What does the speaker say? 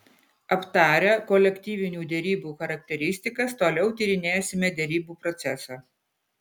aptarę kolektyvinių derybų charakteristikas toliau tyrinėsime derybų procesą